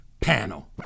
panel